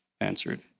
answered